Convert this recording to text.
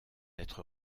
être